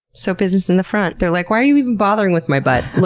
so, business in the front. they're like, why are you even bothering with my butt?